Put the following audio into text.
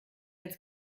als